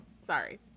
Sorry